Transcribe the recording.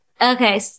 Okay